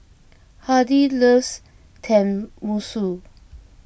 Hardy loves Tenmusu